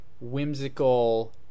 whimsical